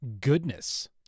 goodness